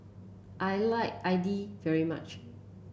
I like Idili very much